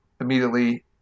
immediately